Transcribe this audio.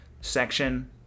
section